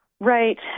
Right